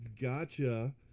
Gotcha